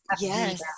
yes